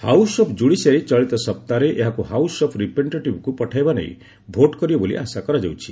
house of କ୍ଷୁଡ଼ିସିଆରି ଚଳିତ ସପ୍ତାହରେ ଏହାକୁ ହାଉସ୍ ଅଫ୍ ରିପ୍ରେଜେଷ୍ଟେଟିଭ୍କୁ ପଠାଇବା ନେଇ ଭୋଟ୍ କରିବ ବୋଲି ଆଶା କରାଯାଉଛି